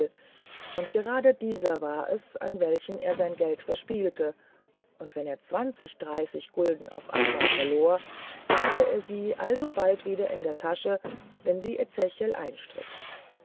und gerade dieser war es an welchen er sein geld verspielte und wenn er zwanzig dreißig gulden auf einmal verlor so hatte er sie alsobald wieder in der tasche wenn sie ezechiel einstrich